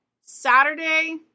Saturday